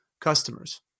customers